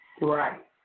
Right